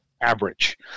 average